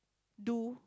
do